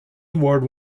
award